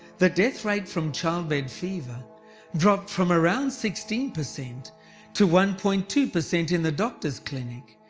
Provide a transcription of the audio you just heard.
the death rate from childbed fever dropped from around sixteen percent to one point two percent in the doctor's clinic.